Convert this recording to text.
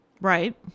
Right